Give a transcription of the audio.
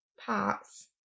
parts